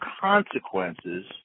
consequences